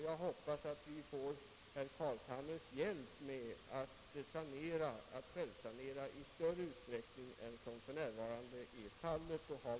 Jag hoppas att vi får herr Carlshamres hjälp med att sanera på detta område.